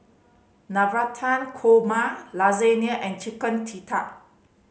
Navratan Korma Lasagne and Chicken Tikka